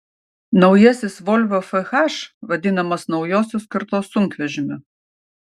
naujasis volvo fh vadinamas naujos kartos sunkvežimiu